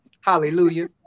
Hallelujah